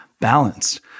balanced